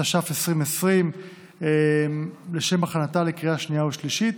התש"ף 2020, לשם הכנתה לקריאה שנייה ושלישית,